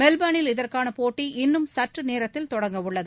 மெல்போர்னில் இதற்கான போட்டி இன்னும் சற்று நேரத்தில் தொடங்கவுள்ளது